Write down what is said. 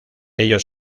ello